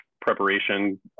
preparation